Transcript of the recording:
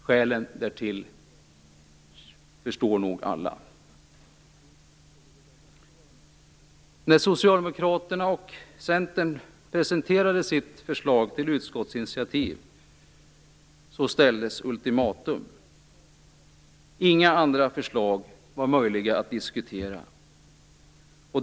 Skälen därtill förstår nog alla. När Socialdemokraterna och Centern presenterade sitt förslag till utskottsinitiativ ställdes ett ultimatum. Inga andra förslag var möjliga att diskutera.